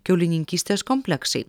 kiaulininkystės kompleksai